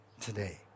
today